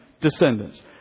descendants